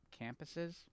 campuses